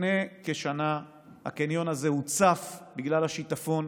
לפני כשנה הקניון הזה הוצף בגלל השיטפון.